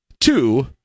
two